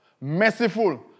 merciful